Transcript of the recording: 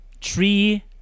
Tree